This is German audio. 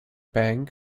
bank